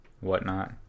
whatnot